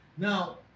Now